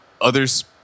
others